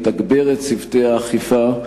לתגבר את צוותי האכיפה,